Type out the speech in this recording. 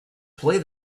play